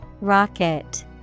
Rocket